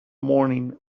morning